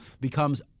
becomes